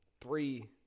three